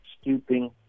stooping